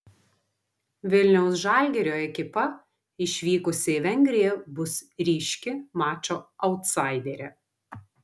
vilniaus žalgirio ekipa išvykusi į vengriją bus ryški mačo autsaiderė